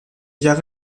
jahre